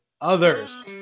others